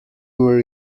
were